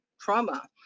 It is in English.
trauma